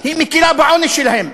היא מקלה בעונש שלהם,